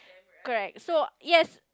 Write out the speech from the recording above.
correct so yes